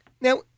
Now